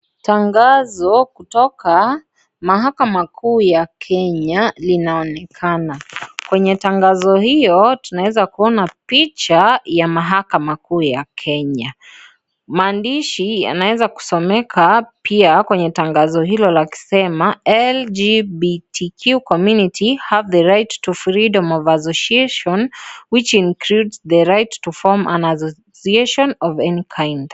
Tangazo kutoka mahakama kuu ya kenya linaonekana kwenye tangazo hiyo tunaweza kuona picha ya mahakama kuu ya Kenya maandishi yanaweza kusomeka pia kwenye tangazo hilo lakisema LGBTQ community have the right to freedom of association which includes the right to form an association of any kind